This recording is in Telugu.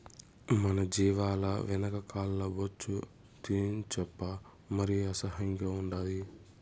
మన జీవాల వెనక కాల్ల బొచ్చు తీయించప్పా మరి అసహ్యం ఉండాలి